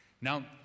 Now